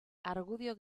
argudio